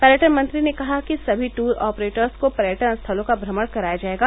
पर्यटन मंत्री ने कहा कि सभी ट्र ऑपरेटर्स को पर्यटन स्थलों का भ्रमण कराया जायेगा